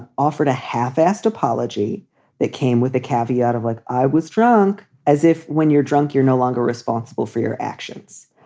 offered a half assed apology that came with a caveat of like, i was drunk as if when you're drunk, you're no longer responsible for your actions.